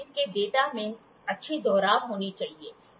इसके डेटा में अच्छी दोहराव होनी चाहिए